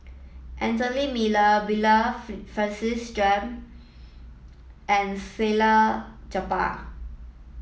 Anthony Miller Bernard Francis Jame and Salleh Japar